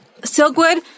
silkwood